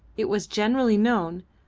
it was generally known,